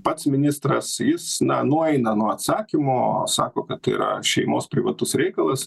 pats ministras jis na nueina nuo atsakymo sako kad tai yra šeimos privatus reikalas